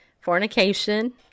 fornication